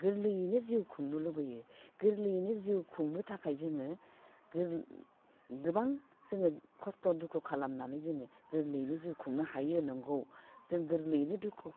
गोरलैयैनो जिउ खुंनो लुबैयो गोरलैयैनो जिउ खुंनो थाखाय जोङो गोबां जोङो खस्थ' दुखु खालामनानै जोङो गोरलैयैनो जिउ खुंनो हायो नंगौ जों गोरलैयैनो दुखु